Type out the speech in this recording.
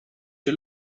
you